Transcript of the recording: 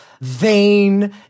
vain